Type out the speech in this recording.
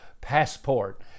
passport